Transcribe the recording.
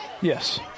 Yes